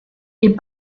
est